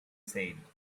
said